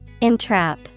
Entrap